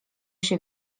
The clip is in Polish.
się